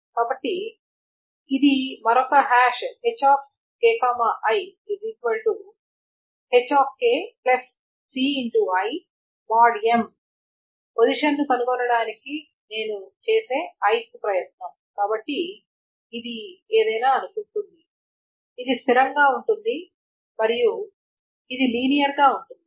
కాబట్టి ఇది మరొక hash hki hci mod m పొజిషన్ను కనుగొనడానికి నేను చేసే ith ప్రయత్నం కాబట్టి ఇది ఏదైనా అనుకుంటుంది ఇది స్థిరంగా ఉంటుంది మరియు ఇది లీనియర్ గా ఉంటుంది